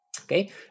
Okay